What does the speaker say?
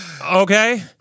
Okay